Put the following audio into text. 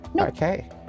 Okay